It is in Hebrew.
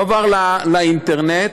עבר לאינטרנט,